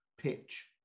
pitch